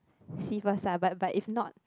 see first ah but but if not